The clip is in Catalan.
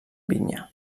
vinya